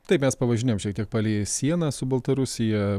taip mes pavažinėjom šiek tiek palei sieną su baltarusija